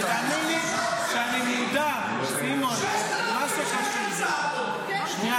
תאמין לי שאני ------ 6,500 על צהרון --- חבר הכנסת שירי,